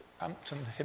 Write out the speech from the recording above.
Ampton